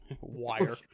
wire